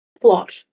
plot